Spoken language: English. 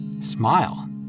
Smile